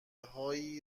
های